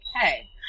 hey